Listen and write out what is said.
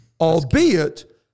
Albeit